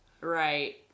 right